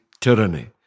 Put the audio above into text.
tyranny